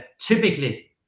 typically